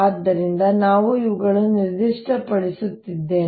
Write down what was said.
ಆದ್ದರಿಂದ ನಾನು ಇವುಗಳನ್ನು ನಿರ್ದಿಷ್ಟಪಡಿಸುತ್ತಿದ್ದೇನೆ